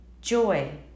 joy